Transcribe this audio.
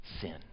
sin